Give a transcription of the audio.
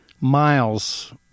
miles